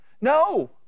No